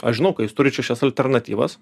aš žinau kad jūs turit šešias alternatyvas